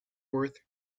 worth